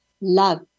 love